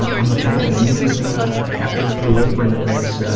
i'm a fan. and even after blue apron is